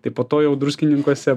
tai po to jau druskininkuose